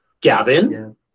Gavin